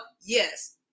yes